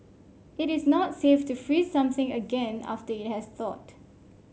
it is not safe to freeze something again after it has thawed